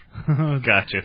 Gotcha